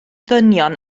ddynion